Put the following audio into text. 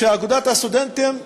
אגודת הסטודנטים,